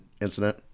incident